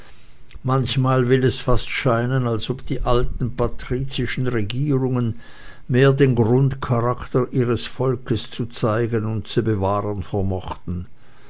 manchmal will es fast scheinen als ob die alten patrizischen regierungen mehr den grundcharakter ihres volkes zu zeigen und zu bewahren vermochten